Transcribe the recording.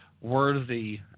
worthy